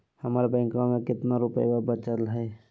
हमर बैंकवा में कितना रूपयवा बचल हई?